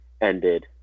ended